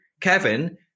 Kevin